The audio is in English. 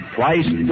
Twice